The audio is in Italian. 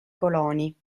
coloni